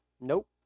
Nope